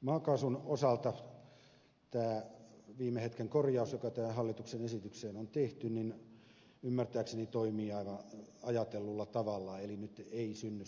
maakaasun osalta tämä viime hetken korjaus mikä tähän hallituksen esitykseen on tehty ymmärtääkseni toimii aivan ajatellulla tavalla eli nyt ei synny